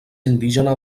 indígena